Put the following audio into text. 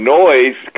noise